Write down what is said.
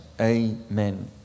Amen